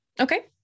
Okay